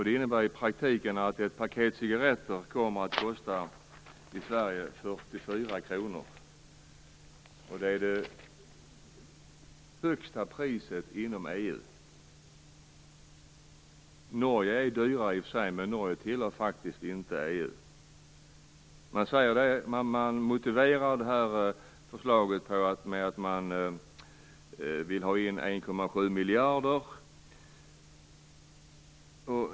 Det innebär att ett paket cigaretter kommer att kosta 44 kr i Sverige. Det är det högsta priset inom EU. Det är dyrare i Norge, men Norge tillhör faktiskt inte EU. Man motiverar förslaget med att man vill ha in 1,7 miljarder.